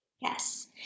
Yes